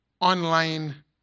online